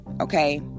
Okay